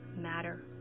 matter